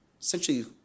essentially